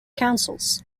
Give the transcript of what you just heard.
councils